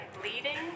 bleeding